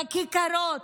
בכיכרות,